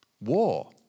war